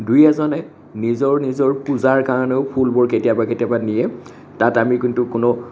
দুই এজনে নিজৰ নিজৰ পূজাৰ কাৰণেও ফুলবোৰ কেতিয়াবা কেতিয়াবা নিয়ে তাত আমি কিন্তু কোনেও